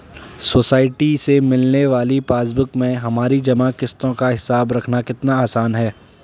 society से मिलने वाली पासबुक में हमारी जमा किश्तों का हिसाब रखना कितना आसान है